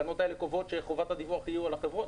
התקנות האלה קובעות שחובת הדיווח תהיה על החברות,